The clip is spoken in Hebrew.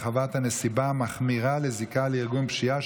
הרחבת הנסיבה המחמירה לזיקה לארגון פשיעה),